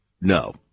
No